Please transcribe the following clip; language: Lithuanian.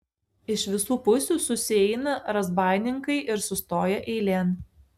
iš visų pusių susieina razbaininkai ir sustoja eilėn